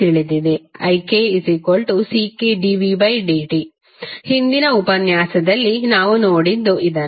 ikCkdvdt ಹಿಂದಿನ ಉಪನ್ಯಾಸದಲ್ಲಿ ನಾವು ನೋಡಿದ್ದು ಇದನ್ನೇ